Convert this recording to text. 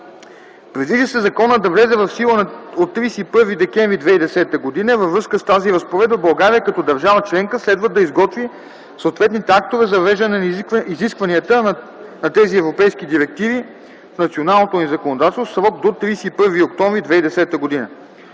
Предвижда се законът да влезе в сила от 31 декември 2010 г. Във връзка с тази разпоредба България като държава членка следва да изготви съответните актове за въвеждане на изискванията на тези европейски директиви в националното ни законодателство в срок до 31 октомври 2010 г.